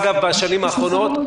בשנים האחרונות,